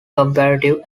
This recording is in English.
comparative